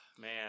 Man